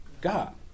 God